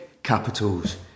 Capitals